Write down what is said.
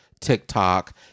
TikTok